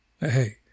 Hey